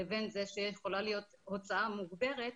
לבין זה שיכולה להיות הוצאה מוגברת,